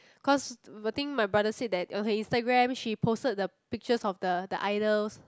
cause the thing my brother said that okay Instagram she posted the picture of the the idols